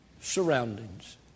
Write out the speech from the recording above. surroundings